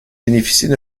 bénéficient